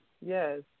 Yes